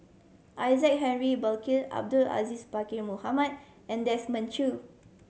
Isaac Henry Burkill Abdul Aziz Pakkeer Mohamed and Desmond Choo